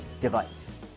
device